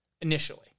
initially